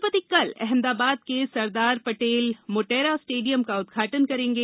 राष्ट्रपति कल अहमदाबाद के सरदार पटेल मोटेरा स्टेडियम का उदघाटन करेंगे